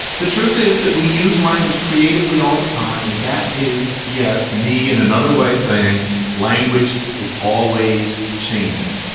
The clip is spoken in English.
the truth is that we use language creatively all the time. and that is. yes. me in another way, saying language is always changing.